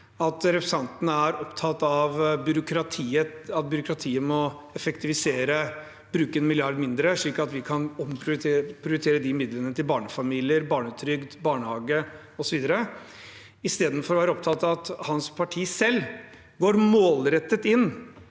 at representanten er opptatt av at byråkratiet må effektivisere og bruke én milliard mindre, slik at vi kan omprioritere de midlene til barnefamilier, barnetrygd, barnehage osv., istedenfor å være opptatt av at hans eget parti selv går målrettet inn